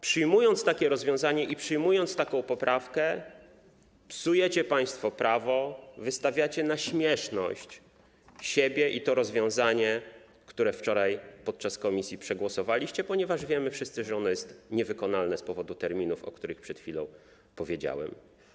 Przyjmując takie rozwiązanie i przyjmując taką poprawkę, psujecie państwo prawo, wystawiacie na śmieszność siebie i to rozwiązanie, które wczoraj podczas posiedzenia komisji przegłosowaliście, ponieważ wszyscy wiemy, że ono jest niewykonalne z powodu terminów, o których przed chwilą powiedziałem.